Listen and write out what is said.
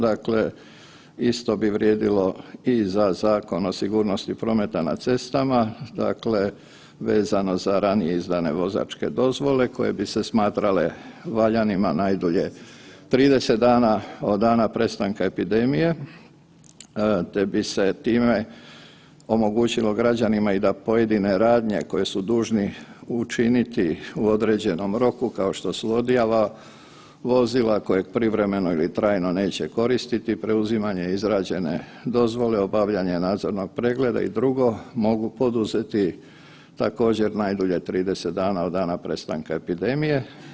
Dakle, isto bi vrijedilo i za Zakon o sigurnosti prometa na cestama, dakle vezano za ranije izdane vozačke dozvole koje bi se smatrale valjanima najdulje 30 dana od dana prestanka epidemije te bi se time omogućili građanima i da pojedine radnje koje su dužni učiniti u određenom roku kao što su odjava vozila kojeg privremeno ili trajno neće koristiti, preuzimanje izrađene dozvole, obavljanje nadzornog pregleda i drugo, mogu poduzeti također najdulje 30 dana od dana prestanka epidemije.